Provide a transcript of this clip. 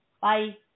Bye